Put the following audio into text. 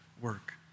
work